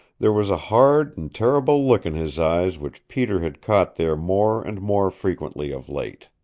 there was a hard and terrible look in his eyes which peter had caught there more and more frequently of late.